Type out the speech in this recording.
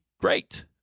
great